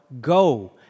go